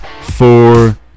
four